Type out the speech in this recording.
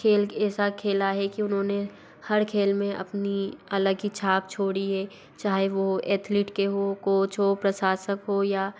खेल ऐसा खेला है कि उन्होंने हर खेल में अपनी अलग ही छाप छोड़ी है चाहे वो एथलीट के हो कोच हो प्रशासक हो या